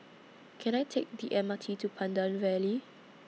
Can I Take The M R T to Pandan Valley